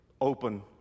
open